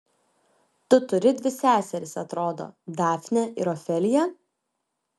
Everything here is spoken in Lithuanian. tu turi dvi seseris atrodo dafnę ir ofeliją